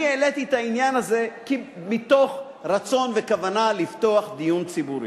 אני העליתי את העניין הזה מתוך רצון וכוונה לפתוח דיון ציבורי.